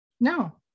No